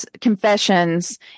confessions